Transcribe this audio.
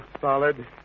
solid